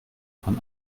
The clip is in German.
von